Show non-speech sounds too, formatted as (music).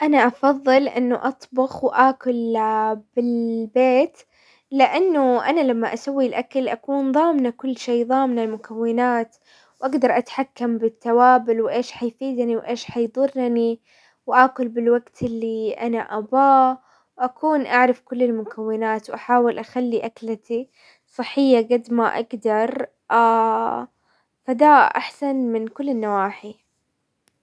انا افظل انه اطبخ واكل (hesitation) بالبيت، لانه انا لما اسوي الاكل اكون ظامنة كل شي، ظامنة المكونات ، واقدر اتحكم بالتوابل، وايش حيفيدني، وايش حيظرني، واكل بالوقت اللي انا اباه، واكون اعرف كل المكونات، واحاول اخلي اكلتي صحية قد ما اقدر، (hesitation) فده احسن من كل النواحي.